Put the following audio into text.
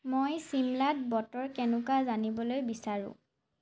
মই চিমলাত বতৰ কেনেকুৱা জানিবলৈ বিচাৰোঁ